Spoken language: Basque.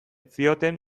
zioten